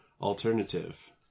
alternative